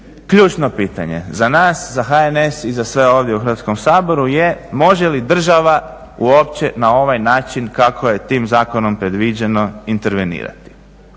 ključno pitanje za nas, za HNS i za sve ovdje u Hrvatskom saboru je može li država uopće na ovaj način kako je tim zakonom predviđeno intervenirati.